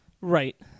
Right